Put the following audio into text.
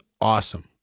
awesome